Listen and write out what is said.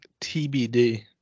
TBD